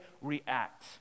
react